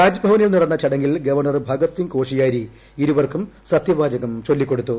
രാജ്ഭവനിൽ നടന്ന് ്ചടങ്ങിൽ ഗവർണർ ഭഗത് സിങ് കോഷിയാരി ഇരുവർക്കും സത്യവാച്ചകം ചൊല്ലിക്കൊടുത്തു